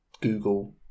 Google